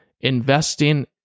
investing